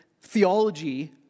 theology